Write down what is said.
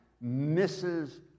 misses